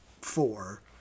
four